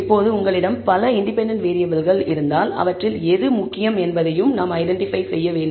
இப்போது உங்களிடம் பல இண்டிபெண்டன்ட் வேறியபிள்கள் இருந்தால் அவற்றில் எது முக்கியம் என்பதை நாம் ஐடென்டிபை செய்ய வேண்டும்